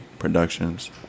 productions